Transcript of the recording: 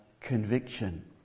conviction